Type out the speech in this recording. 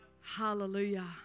Hallelujah